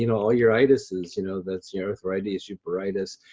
you know all your itises, you know that's your arthritis, you pruritis.